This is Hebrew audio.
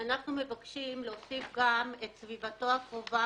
אנחנו מבקשים להוסיף גם את "סביבתו הקרובה,